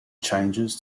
changes